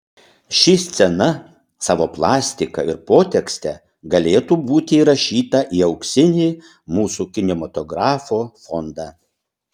ši scena savo plastika ir potekste galėtų būti įrašyta į auksinį mūsų kinematografo fondą